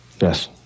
Yes